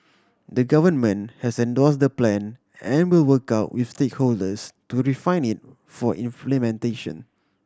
the Government has endorsed the Plan and will work out with stakeholders to refine it for implementation